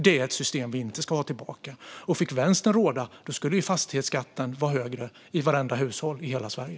Det är ett system som vi inte ska ha tillbaka. Om Vänstern fick råda skulle fastighetsskatten vara högre för vartenda hushåll i hela Sverige.